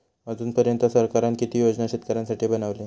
अजून पर्यंत सरकारान किती योजना शेतकऱ्यांसाठी बनवले?